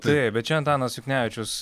taip bet čia antanas juknevičius